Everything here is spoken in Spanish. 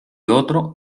otro